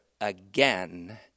again